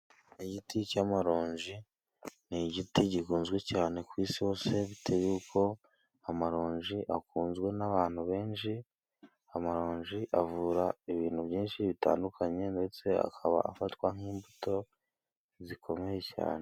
Igiti cy'amaronji, ni igiti gikunzwe cyane ku isi hose bitewe y'uko amaronji akunzwe n'abantu benshi, amaronji avura ibintu byinshi bitandukanye ndetse akaba afatwa nk'imbuto zikomeye cyane.